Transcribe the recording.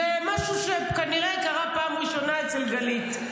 זה משהו שכנראה קרה פעם ראשונה אצל גלית.